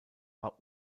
war